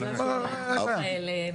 אין בעיה.